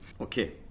Okay